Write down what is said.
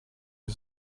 you